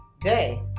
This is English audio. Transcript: day